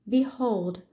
Behold